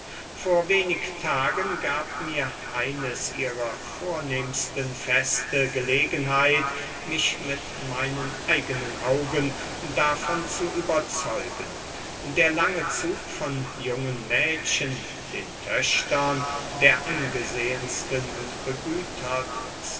vor wenig tagen gab mir eines ihrer vornehmsten feste gelegenheit mich mit meinen eigenen augen davon zu überzeugen der lange zug von jungen mädchen den töchtern der angesehensten und